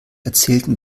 erzählten